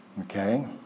Okay